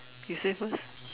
you say first